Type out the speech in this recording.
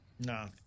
No